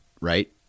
right